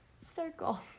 circle